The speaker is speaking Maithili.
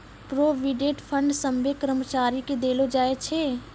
प्रोविडेंट फंड सभ्भे कर्मचारी के देलो जाय छै